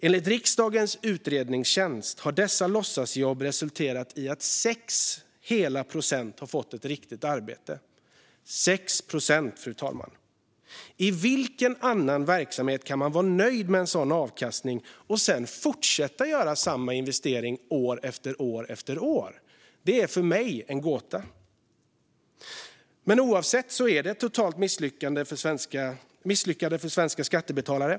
Enligt riksdagens utredningstjänst har dessa låtsasjobb resulterat i att 6 procent fått ett riktigt arbete. 6 procent, fru talman. I vilken annan verksamhet kan man vara nöjd med en sådan avkastning och sedan fortsätta göra samma investering år efter år? Det är för mig en gåta. Oavsett är detta ett totalt misslyckande för svenska skattebetalare.